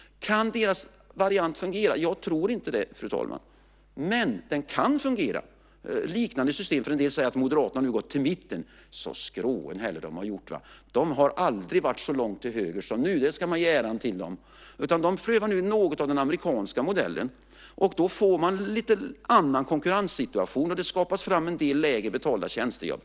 Kan deras variant fungera? Jag tror inte det, fru talman. Men den kan fungera i liknande system. En del säger att Moderaterna nu har gått till mitten. Så skråen heller de har gjort! De har aldrig varit så långt till höger som nu - det ska man ge dem äran för! De prövar nu något av den amerikanska modellen. Då får man en lite annan konkurrenssituation, och det skapas en del lägre betalda tjänstejobb.